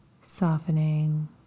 softening